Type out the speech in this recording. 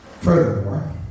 Furthermore